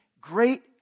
great